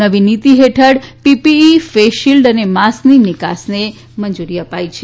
નવી નીતી હેઠળ પીપીઈ ફેસ શિલ્ડ અને માસ્કની નિકાસને મંજૂરી આપી છે